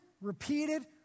repeated